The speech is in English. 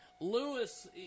Lewis